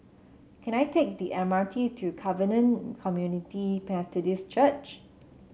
can I take the M R T to Covenant Community Methodist Church